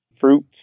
fruits